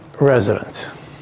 resident